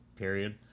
period